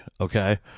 Okay